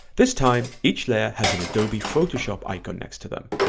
this time each layer has an adobe photoshop icon next to them,